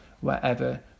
wherever